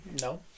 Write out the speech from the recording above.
No